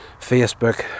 Facebook